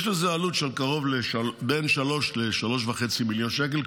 יש לזה עלות של בין 3 ל-3.5 מיליון שקל,